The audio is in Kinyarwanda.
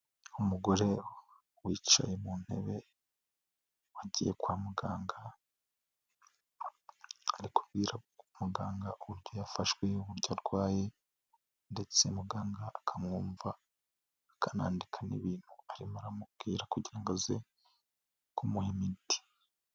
Umugore wicaye mu ntebe wagiye kwa muganga ari kubwira umuganga uburyo yafashwe, uburyo arwaye ndetse muganga akamwumva, akanandika n'ibintu arimo aramubwira kugira ngo aze kumuha imiti.